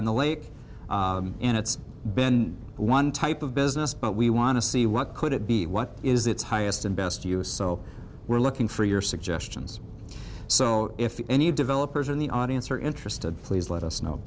on the lake and it's been one type of business but we want to see what could it be what is its highest and best use so we're looking for your suggestions so if any developers in the audience are interested please let us know